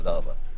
תודה רבה.